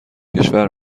کشور